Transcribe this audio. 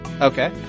Okay